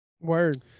word